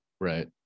Right